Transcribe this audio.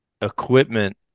equipment